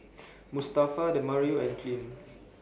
Mustafa Demario and Clint